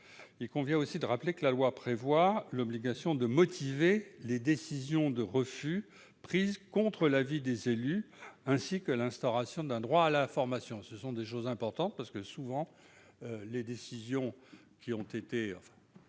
Il convient aussi de rappeler que la loi prévoit l'obligation de motiver les décisions de refus prises contre l'avis des élus, ainsi que l'instauration d'un droit à la formation. Ces points sont importants, car, trop souvent, les propositions votées